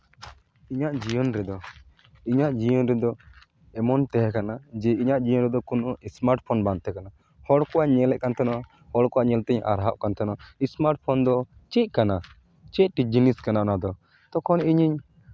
ᱤᱧᱟᱹᱜ ᱡᱤᱭᱚᱱ ᱨᱮᱫᱚ ᱤᱧᱟᱹᱜ ᱡᱤᱭᱚᱱ ᱨᱮᱫᱚ ᱮᱢᱚᱱ ᱛᱟᱦᱮᱸ ᱠᱟᱱᱟ ᱡᱮ ᱤᱧᱟᱹᱜ ᱡᱤᱭᱚᱱ ᱨᱮᱫᱚ ᱠᱳᱱᱳ ᱤᱥᱢᱟᱨᱴ ᱯᱷᱳᱱ ᱵᱟᱝ ᱛᱟᱦᱮᱸ ᱠᱟᱱᱟ ᱦᱚᱲ ᱠᱚᱣᱟᱜ ᱧᱮᱞ ᱮᱫ ᱠᱟᱱ ᱛᱟᱦᱮᱱᱟ ᱦᱚᱲ ᱠᱚᱣᱟᱜ ᱧᱮᱞ ᱛᱮᱧ ᱟᱦᱨᱟᱜ ᱠᱟᱱ ᱛᱟᱦᱮᱱᱟ ᱤᱥᱢᱟᱨᱴ ᱯᱷᱳᱱ ᱫᱚ ᱪᱮᱫ ᱠᱟᱱᱟ ᱪᱮᱫᱴᱤᱡ ᱡᱤᱱᱤᱥ ᱠᱟᱱᱟ ᱚᱱᱟᱫᱚ ᱛᱚᱠᱷᱚᱱ ᱤᱧᱤᱧ